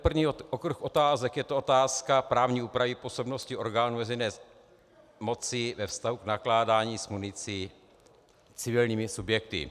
První okruh otázek, je to otázka právní úpravy působnosti orgánů veřejné moci ve vztahu k nakládání s municí civilními subjekty.